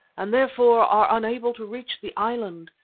and therefore are unable to reach the island,